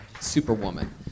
superwoman